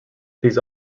these